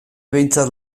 behintzat